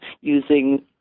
using